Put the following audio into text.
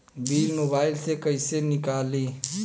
Bill mobile से कईसे निकाली?